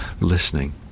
listening